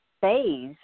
phase